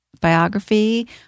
biography